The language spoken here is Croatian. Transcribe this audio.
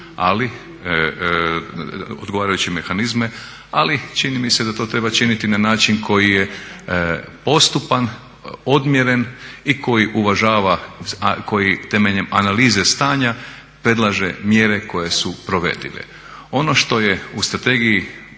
iznaći odgovarajuće mehanizme, ali čini mi se da to treba činiti na način koji je postupan, odmjeren i koji temeljem analize stanja predlaže mjere koje su provedive. Ono što je u Strategiji